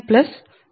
u